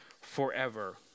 forever